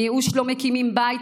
מייאוש לא מקימים בית,